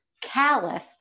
callous